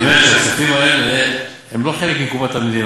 אני אומר שהכספים האלה הם לא חלק מקופת המדינה,